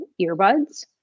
earbuds